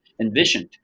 envisioned